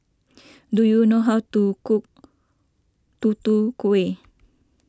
do you know how to cook Tutu Kueh